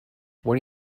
what